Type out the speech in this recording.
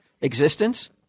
existence